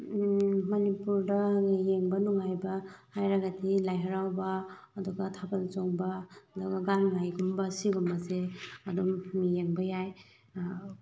ꯃꯅꯤꯄꯨꯔꯗ ꯌꯦꯡꯕ ꯅꯨꯡꯉꯥꯏꯕ ꯍꯥꯏꯔꯒꯗꯤ ꯂꯥꯏ ꯍꯔꯥꯎꯕ ꯑꯗꯨꯒ ꯊꯥꯕꯜ ꯆꯣꯡꯕ ꯑꯗꯨꯒ ꯒꯥꯡꯉꯥꯏꯒꯨꯝꯕ ꯁꯤꯒꯨꯝꯕꯁꯦ ꯑꯗꯨꯝ ꯌꯦꯡꯕ ꯌꯥꯏ